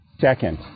Second